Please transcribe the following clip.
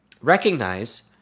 recognize